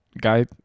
guy